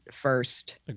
first